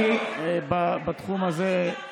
יש רשימה ארוכה.